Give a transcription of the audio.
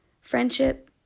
Friendship